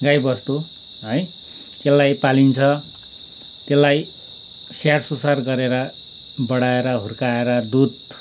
गाईबस्तु है त्यसलाई पालिन्छ त्यसलाई स्याहार सुसार गरेर बढाएर हुर्काएर दुध